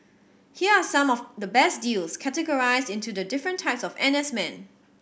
here are some of the best deals categorised into the different types of N S men